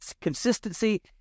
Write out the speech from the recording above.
consistency